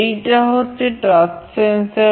এইটা হচ্ছে touch sensor